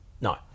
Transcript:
No